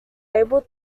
able